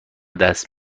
دست